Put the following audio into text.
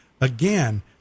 Again